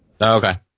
Okay